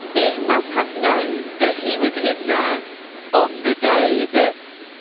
it must have known that he was in there on the day that,